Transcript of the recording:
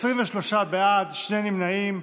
23 בעד, שני נמנעים.